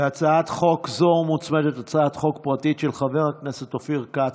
להצעת חוק זו מוצמדת הצעת חוק פרטית של חבר הכנסת אופיר כץ.